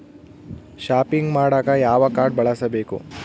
Shopping ಮಾಡಾಕ ಯಾವ card ಬಳಸಬೇಕು?